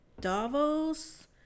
Davos